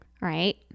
right